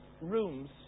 rooms